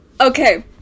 okay